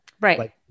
Right